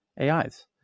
AIs